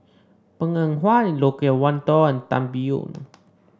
Png Eng Huat Loke Wan Tho and Tan Biyun